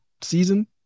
season